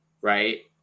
right